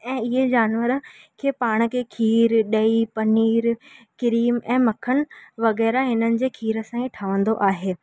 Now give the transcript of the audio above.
ऐं इहे जानवर खे पाण खे खीरु ॾही पनीर क्रीम ऐं मक्खन वग़ैरह हिननि जे खीर सां ई ठहंदो आहे